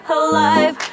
alive